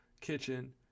kitchen